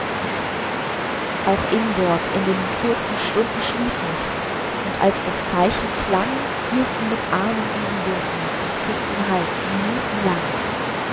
auch ingborg in den kurzen stunden schlief nicht und als das zeichen klang hielt sie mit armen ihn umwunden und küßt ihn heiß minutenlang